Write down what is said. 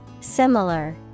Similar